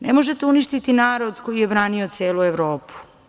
Ne možete uništiti narod koji je branio celu Evropu.